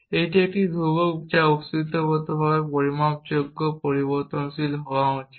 এটি একটি ধ্রুবক বা অস্তিত্বগতভাবে পরিমাপযোগ্য পরিবর্তনশীল হওয়া উচিত